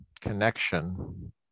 connection